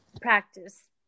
practice